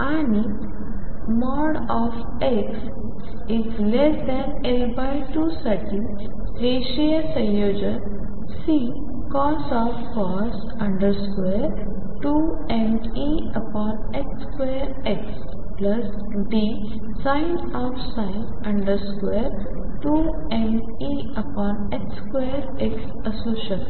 आणि। x । L2 साठी रेखीय संयोजन Ccos 2mE2x Dsin 2mE2x असू शकते